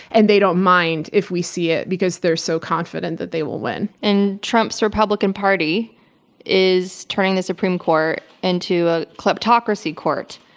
and they don't mind if we see it, because they're so confident that they will win. and trump's republican party is turning the supreme court into a kleptocracy court.